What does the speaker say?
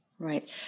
Right